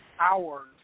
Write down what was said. hours